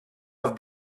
have